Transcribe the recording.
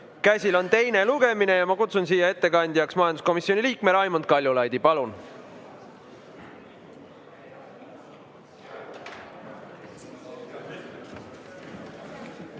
käsil on teine lugemine. Ma kutsun ettekandjaks majanduskomisjoni liikme Raimond Kaljulaidi. Palun!